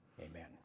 Amen